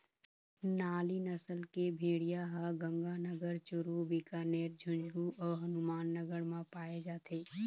नाली नसल के भेड़िया ह गंगानगर, चूरू, बीकानेर, झुंझनू अउ हनुमानगढ़ म पाए जाथे